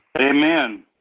Amen